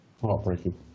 Heartbreaking